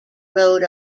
road